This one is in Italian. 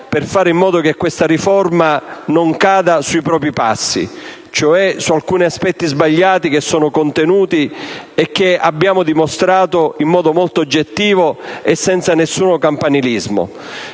per fare in modo che questa riforma non cada sui propri passi, su alcuni aspetti sbagliati in essa contenuti e che abbiamo dimostrato in modo molto oggettivo e senza alcun campanilismo.